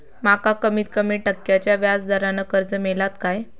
माका कमीत कमी टक्क्याच्या व्याज दरान कर्ज मेलात काय?